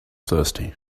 thirsty